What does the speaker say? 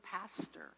pastor